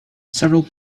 several